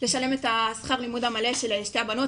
לשלם את שכר הלימוד המלא של שתי הבנות,